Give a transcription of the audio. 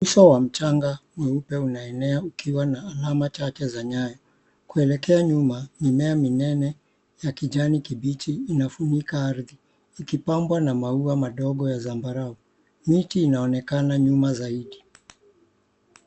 Uso wa mchanga mweupe unaenea ukiwa na alama chache za nyayo. Kuelekea nyuma, mimea minene za kijani kibichi inafunika arthi, ukipambwa na mauwa madogo ya zambarau. Miti inaonekana nyuma zaidi.